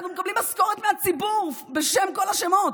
אנחנו מקבלים משכורת מהציבור, בשם כל השמות.